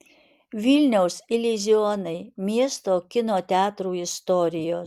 vilniaus iliuzionai miesto kino teatrų istorijos